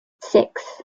six